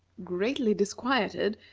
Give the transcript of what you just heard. greatly disquieted,